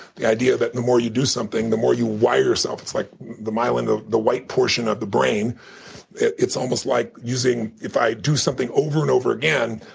the idea that the more you do something, the more you wire yourself. it's like myelin, the the white portion of the brain it's almost like using if i do something over and over again,